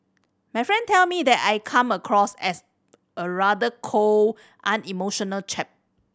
my friend tell me that I come across as a rather cold unemotional chap